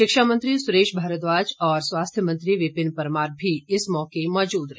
शिक्षामंत्री सुरेश भारद्वाज और स्वास्थ्य मंत्री विपिन परमार भी इस मौके मौजूद रहे